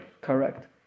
Correct